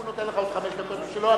הוא נותן לך עוד חמש דקות משלו,